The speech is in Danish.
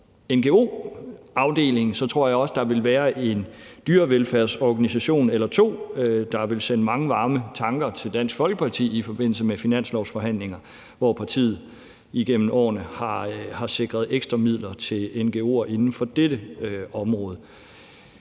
ngo-afdelingen, tror jeg også, der vil være en dyrevelfærdsorganisation eller to, der vil sende mange varme tanker til Dansk Folkeparti i forbindelse med finanslovsforhandlinger, hvor partiet igennem årene har sikret ekstra midler til ngo'er inden for dette område.